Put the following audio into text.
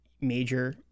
major